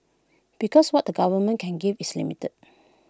because what the government can give is limited